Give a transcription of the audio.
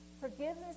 Forgiveness